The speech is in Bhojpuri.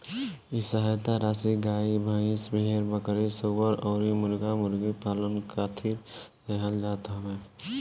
इ सहायता राशी गाई, भईस, भेड़, बकरी, सूअर अउरी मुर्गा मुर्गी पालन खातिर देहल जात हवे